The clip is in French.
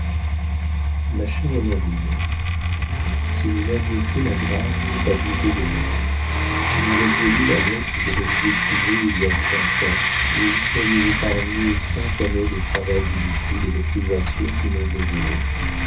ma chère honorine si vous m'aviez fait la grâce de ne pas douter de moi si vous aviez lu la lettre que je vous écrivais il y a cinq ans vous vous seriez épargné cinq années de travail inutile et de privations qui m'ont désolé